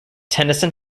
tennyson